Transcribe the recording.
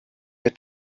der